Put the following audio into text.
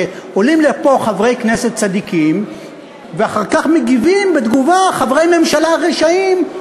שעולים לפה חברי כנסת צדיקים ואחר כך מגיבים בתגובה חברי ממשלה רשעים,